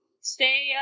Stay